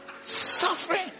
suffering